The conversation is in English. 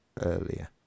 earlier